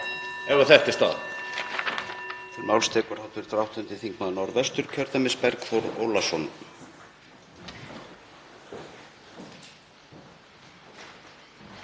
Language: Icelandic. ef þetta er staðan.